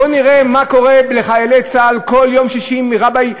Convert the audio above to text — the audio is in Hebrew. בואו נראה מה קורה לחיילי צה"ל כל יום שישי מרביי אשרמן,